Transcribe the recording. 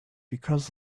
because